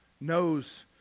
knows